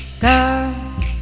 girls